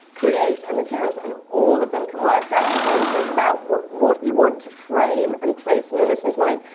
create, and materials. and all of them can work. that's the thing. so it's about what what you want to frame and place in your listener's mind.